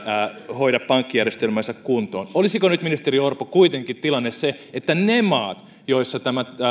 hoida pankkijärjestelmäänsä kuntoon olisiko nyt ministeri orpo kuitenkin tilanne se että ne maat joissa tämä